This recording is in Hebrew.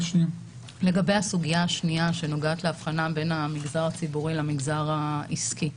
לגבי הסוגיה השנייה שנוגעת להבחנה בין המגזר הציבורי לבין המגזר עסקי,